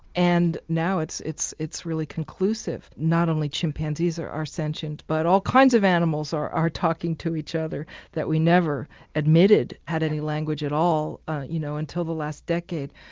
and now it's it's really conclusive, not only chimpanzees are are sentient but all kinds of animals are are talking to each other that we never admitted had any language at all you know until the last decade.